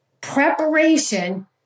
preparation